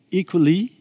equally